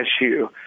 issue